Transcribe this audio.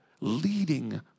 leading